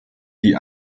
die